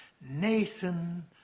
Nathan